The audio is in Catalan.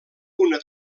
una